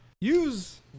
Use